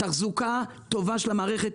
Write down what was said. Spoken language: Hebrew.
תחזוקה טובה של המערכת,